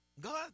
God